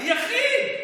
היחיד,